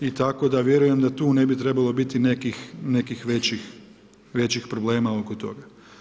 I tako da vjerujem da tu ne bi trebalo biti nekih većih problema oko toga.